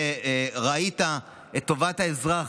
שראית את טובת האזרח,